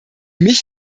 mich